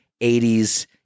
80s